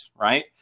right